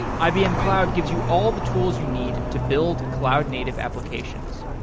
ibm cloud gives you all the tools you need to build cloud-native applications.